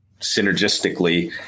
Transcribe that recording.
synergistically